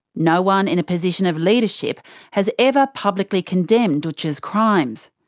no one in a position of leadership has ever publically condemned dootch's crimes.